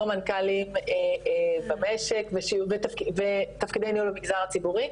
המנכ"לים במשק ותפקידי ניהול במגזר הציבורי,